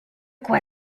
quoi